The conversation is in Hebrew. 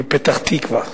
בפתח-תקווה.